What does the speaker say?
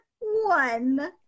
one